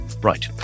Right